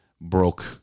broke